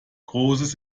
großes